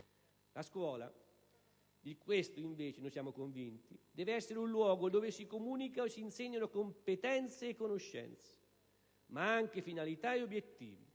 La scuola - di questo invece noi siamo convinti - deve essere un luogo dove si comunicano e si insegnano conoscenze e competenze, ma anche finalità e obiettivi;